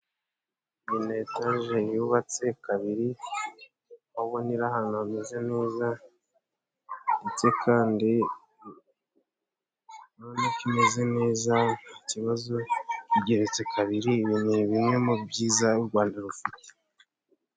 Iyi-etage yubatse kabiri. Ubona iri ahantu hameze neza ndetse kandi none urabona ko imeze neza, nta kibazo igereretse kabiri. Iri muri bimwe byiza u Rwanda rufite.